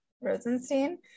Rosenstein